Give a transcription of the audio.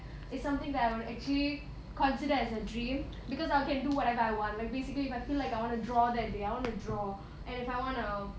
is something that I will actually consider as a dream because I can do whatever I want like basically if I feel like I want to draw that day I want to draw and if I want to